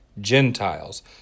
Gentiles